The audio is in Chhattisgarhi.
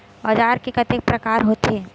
औजार के कतेक प्रकार होथे?